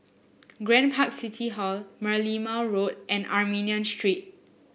Grand Park City Hall Merlimau Road and Armenian Street